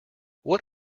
what